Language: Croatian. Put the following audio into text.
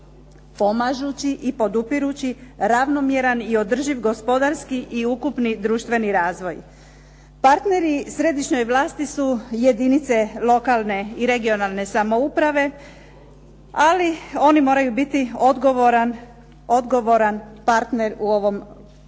pomažući i podupirući ravnomjeran i održiv gospodarski i ukupni društveni razvoj. Partneri središnjoj vlasti su jedinice lokalne i regionalne samouprave, ali oni moraju biti odgovoran partner u ovom procesu.